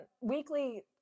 weekly